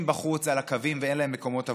יושבים בחוץ על הקווים ואין להם מקומות עבודה.